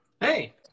Hey